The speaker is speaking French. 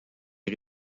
est